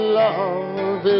love